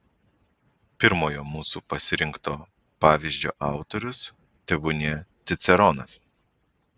pirmojo mūsų pasirinkto pavyzdžio autorius tebūnie ciceronas